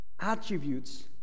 attributes